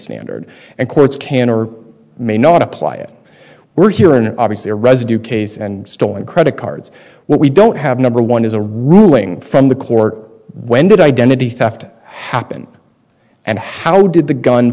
standard and courts can or may not apply it we're here in obviously a residue case and stolen credit cards what we don't have number one is a ruling from the court when did identity theft happen and how did the gun